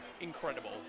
incredible